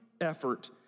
effort